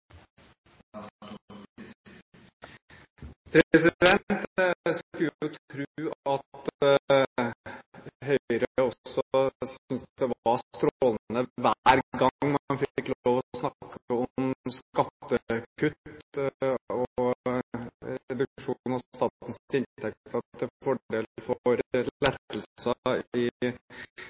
at Høyre også syntes det var strålende hver gang man fikk lov til å snakke om skattekutt og reduksjon av statens inntekter til fordel for lettelser i